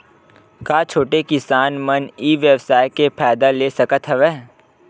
का छोटे किसान मन ई व्यवसाय के फ़ायदा ले सकत हवय?